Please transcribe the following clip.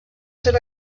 ser